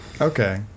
Okay